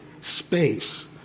space